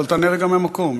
אבל תענה רגע מהמקום,